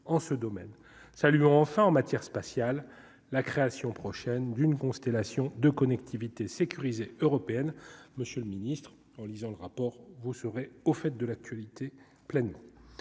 en ce domaine, saluons enfin en matière spatiale, la création prochaine d'une constellation de connectivité sécurisée européenne, monsieur le Ministre, en lisant le rapport, vous serez au fait de l'actualité, pleinement,